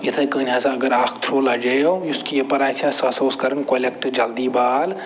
یِتھَے کٔنۍ ہَسا اگر اکھ تھرٛوٚ لجییو یُس کیٖپَر آسہِ ہا سُہ ہسا اوس کَران کۄلٮ۪کٹ جلدی بال